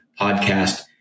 podcast